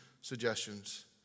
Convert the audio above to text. suggestions